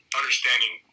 understanding